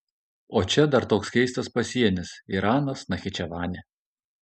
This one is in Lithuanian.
o čia dar toks keistas pasienis iranas nachičevanė